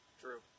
True